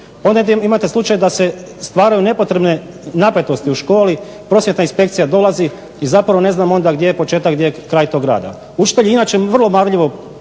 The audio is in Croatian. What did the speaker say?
Imate slučaj da se stvaraju nepotrebne napetosti u školi. Prosvjetna inspekcija dolazi i zapravo ne znamo onda gdje je početak, gdje je kraj tog rada. Učitelji inače vrlo marljivo